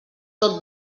tot